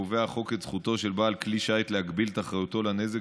קובע החוק את זכותו של בעל כלי שיט להגביל את אחריותו לנזק